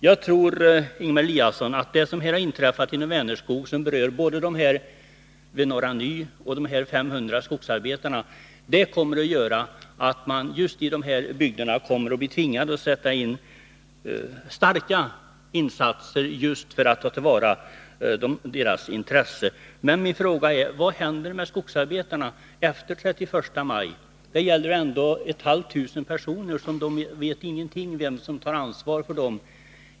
Jag tror, Ingemar Eliasson, att det som har inträffat inom Vänerskog, som berör både dem vid Norra Ny och de 500 skogsarbetarna, kommer att medföra att man just i dessa bygder blir tvingad att göra starka insatser för att ta till vara de här människornas intressen. Men min fråga är: Vad händer med skogsarbetarna efter den 31 maj? Det gäller ändå ett halvt tusen personer. De vet ingenting om vem som kommer att ta ansvar för dem.